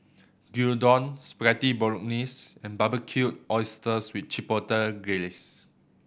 Gyudon Spaghetti Bolognese and Barbecued Oysters with Chipotle Glaze